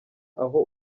aho